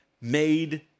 made